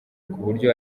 kuburyo